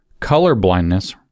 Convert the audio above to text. Colorblindness